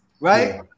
right